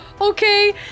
okay